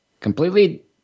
Completely